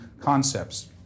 concepts